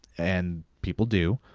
and people do,